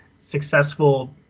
successful